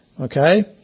Okay